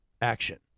action